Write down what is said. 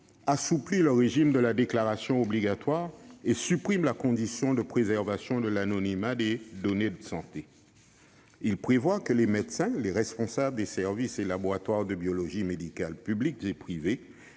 assouplit le régime de la déclaration obligatoire et supprime la condition de préservation de l'anonymat des données de santé. Il prévoit que les médecins et les responsables des services et laboratoires de biologie médicale publics et privés